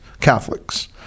Catholics